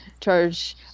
charge